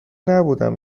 نبودم